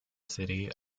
city